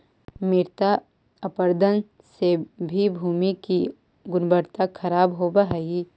मृदा अपरदन से भी भूमि की गुणवत्ता खराब होव हई